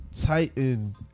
titan